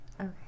Okay